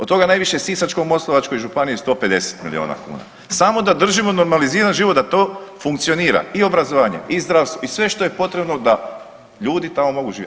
Od toga najviše u Sisačko-moslavačkoj županiji 150 milijuna kuna samo da držimo normaliziran život, da to funkcionira i obrazovanje i zdravstvo i sve što je potrebno da ljudi tamo mogu živjeti.